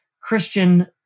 Christian